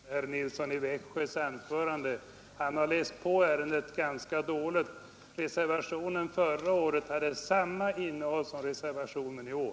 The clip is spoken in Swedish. Herr talman! Jag vill bara lämna en sakupplysning med anledning av herr Nilssons i Växjö anförande. Han har läst på ärendet ganska dåligt. Reservationen förra året hade samma innehåll som reservationen i år.